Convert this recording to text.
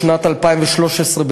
בשנת 2013,